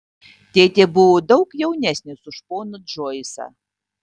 tėtė buvo daug jaunesnis už poną džoisą